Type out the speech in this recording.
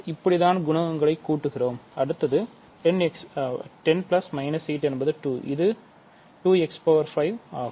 இப்படி தான் குணகங்களைச் கூட்டுகிறோம் அடுத்தது 10 என்பது 2 அது 2x 5 ஆகும்